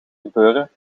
gebeuren